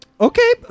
okay